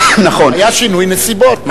היה שינוי נסיבות.